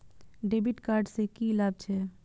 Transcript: डेविट कार्ड से की लाभ छै?